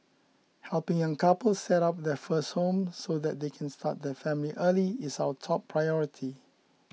helping young couples set up their first home so that they can start their family early is our top priority